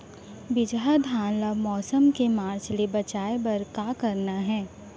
बिजहा धान ला मौसम के मार्च ले बचाए बर का करना है?